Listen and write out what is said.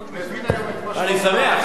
אני שמח.